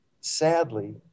sadly